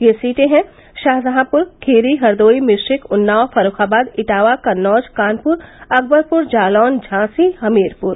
ये सीटे हैं शाहजहांप्र खीरी हरदोई मिश्रिख उन्नाव फर्रुखाबाद इटावा कन्नौज कानपुर अकबरपुर जालौन झांसी हमीरपुर